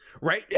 right